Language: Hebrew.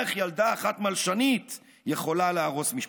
/ איך ילדה אחת מלשנית / יכולה להרוס משפחה.